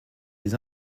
des